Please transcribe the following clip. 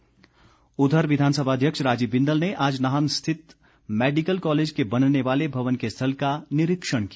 बिंदल उधर विधानसभा अध्यक्ष राजीव बिंदल ने आज नाहन स्थित मैडिकल कॉलेज के बनने वाले भवन के स्थल का निरीक्षण किया